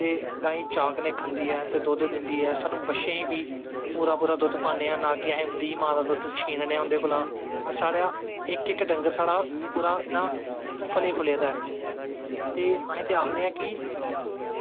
ते गायें चाऽ कन्नैं खंदी ऐ ते दुध्द दिंदी ऐ साह्नू बच्छें गी पूरा पूरा दुध्द पान्नें आं ना कि उंदा दुध्द छीननें आं उंदे कोला दा इक इक डंगर साढ़ा पूरा फले फुल्ले दा ऐ अस ते आखदे आं कि